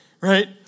right